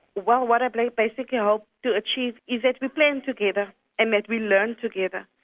well what but i basically hope to achieve is that we plan together and that we learn together,